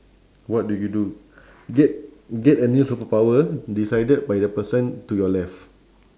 what do you do get get a new superpower decided by the person to your left